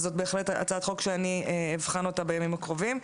אז זאת בהחלט הצעת חוק שאני אבחן אותה בימים הקרובים.